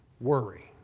worry